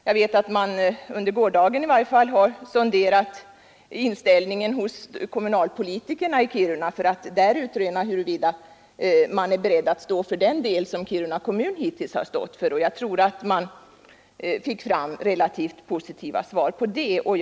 Jag vet att man under gårdagen i varje fall har sonderat inställningen hos kommunalpolitikerna i Kiruna för att utröna huruvida dessa är beredda att stå för den del som Kiruna kommun hittills har svarat för. Jag tror att man fick relativt positiva svar i det avseendet.